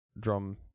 drum